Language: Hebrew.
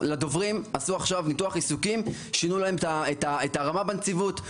לדוברים עשו ניתוח עיסוקים ושינו להם את הרמה בנציבות.